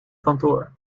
kantoor